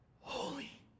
holy